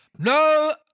No